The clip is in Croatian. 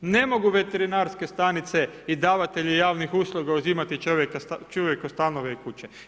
Ne mogu veterinarske stanice i davatelji javnih usluga uzimati čovjeku stanove i kuće.